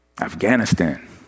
Afghanistan